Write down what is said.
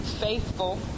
faithful